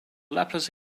laplace